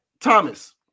Thomas